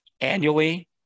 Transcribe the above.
annually